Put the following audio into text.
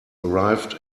arrived